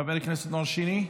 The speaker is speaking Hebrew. חבר הכנסת נאור שירי,